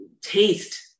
taste